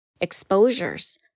exposures